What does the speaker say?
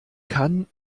kann